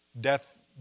Death